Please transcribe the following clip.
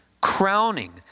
crowning